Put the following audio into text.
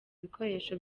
ibikoresho